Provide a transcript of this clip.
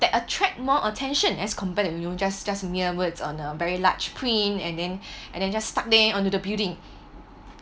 that attract more attention as comparing you know just just mere words on a very large print and then and then just stuck there onto the building